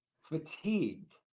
fatigued